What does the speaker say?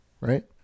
Right